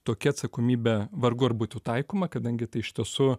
tokia atsakomybė vargu ar būtų taikoma kadangi tai iš tiesų